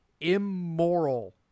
immoral